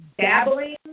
dabbling